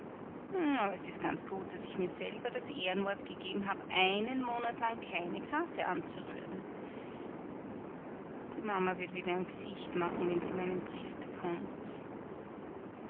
es ist ganz gut daß ich mir selber das ehrenwort gegeben hab einen monat lang keine karte anzurühren die mama wird wieder ein g'sicht machen wenn sie meinen brief bekommt